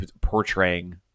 portraying